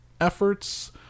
efforts